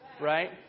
right